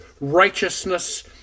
righteousness